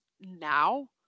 now